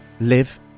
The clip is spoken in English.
live